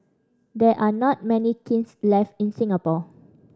there are not many kilns left in Singapore